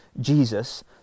Jesus